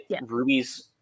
ruby's